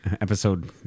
episode